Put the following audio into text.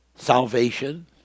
Salvation